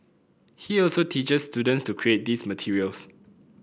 he also teaches students to create these materials